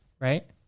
right